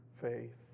faith